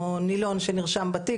או נילון שנרשם בתיק,